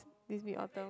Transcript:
this me autumn